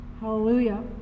Hallelujah